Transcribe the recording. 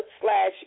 slash